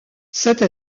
cette